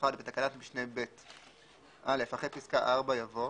בתקנת משנה (ב) אחרי פסקה (4) יבוא: